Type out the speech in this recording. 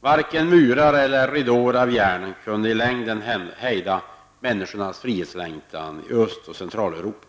Varken murar eller ridåer av järn kunde i längden hejda människornas frihetslängtan i Öst och Centraleuropa.